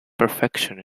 perfection